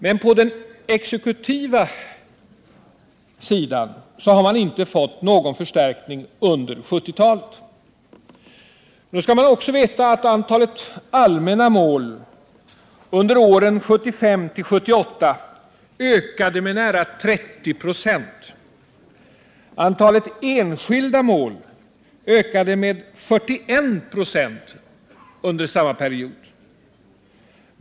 Men på den exekutiva sidan har man inte fått någon förstärkning under 1970-talet. Nu skall man också veta att antalet allmänna mål under åren 1975-1978 ökade med nära 30 96. Antalet enskilda mål ökade med 41 96 under samma period.